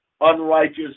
unrighteous